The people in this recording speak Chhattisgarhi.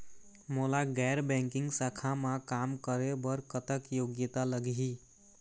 मोला गैर बैंकिंग शाखा मा काम करे बर कतक योग्यता लगही?